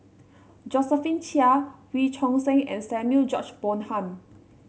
Josephine Chia Wee Choon Seng and Samuel George Bonham